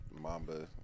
Mamba